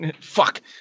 Fuck